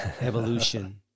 evolution